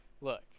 look